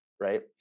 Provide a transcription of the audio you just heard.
right